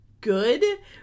good